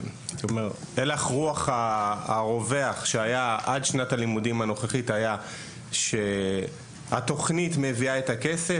הלך הרוח הרווח עד שנת הלימודים הנוכחית היה שהתוכנית מביאה את הכסף,